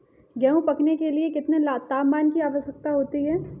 गेहूँ पकने के लिए कितने तापमान की आवश्यकता होती है?